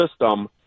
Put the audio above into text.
system